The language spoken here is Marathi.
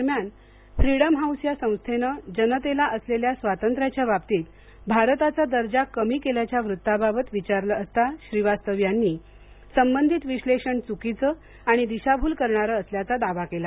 दरम्यान फ्रीडम हाउस या संस्थेनं जनतेला असलेल्या स्वातंत्र्याच्या बाबतीत भारताचा दर्जा कमी केल्याच्या वृत्ताबाबत विचारलं असता श्रीवास्तव यांनी संबंधित विश्लेषण चुकीचं आणि दिशाभूल करणारं असल्याचा दावा केला